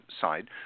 side